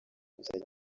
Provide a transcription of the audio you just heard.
gusa